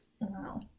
Wow